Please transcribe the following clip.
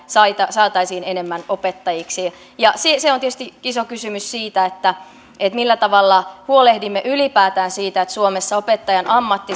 saataisiin enemmän opettajiksi se se on tietysti iso kysymys millä tavalla huolehdimme ylipäätään siitä että suomessa opettajan ammatti